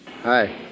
Hi